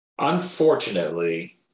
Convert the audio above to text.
Unfortunately